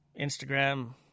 Instagram